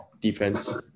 defense